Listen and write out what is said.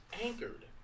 anchored